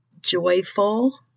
joyful